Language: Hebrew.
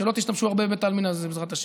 שלא תשתמשו הרבה בבית העלמין הזה, בעזרת השם.